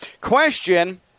Question